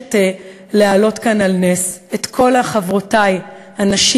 מבקשת להעלות כאן על נס את כל חברותי הנשים,